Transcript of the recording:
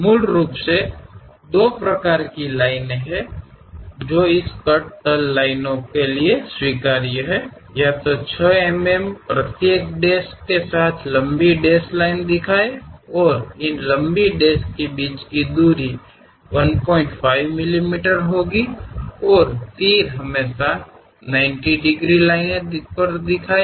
मूल रूप से दो प्रकार की लाइनें हैं जो इस कट तल लाइनों के लिए स्वीकार्य हैं या तो 6 मिमी के प्रत्येक डैश के साथ लंबी डेश लाइनें दिखाते हैं और इन लंबी डैश के बीच की दूरी 15 मिमी होगी और तीर हमेशा 90 डिग्री लाइन दिखाएंगे